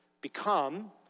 Become